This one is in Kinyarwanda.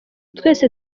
twese